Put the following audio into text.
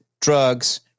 drugs